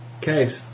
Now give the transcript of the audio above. caves